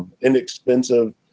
inexpensive